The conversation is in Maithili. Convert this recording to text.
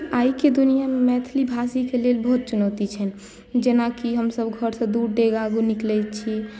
आइके दुनिआँमे मैथिली भाषीके लेल बहुत चुनौती छनि जेनाकि हमसभ घरसँ दू डेग आगू निकलैत छी